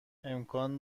امکان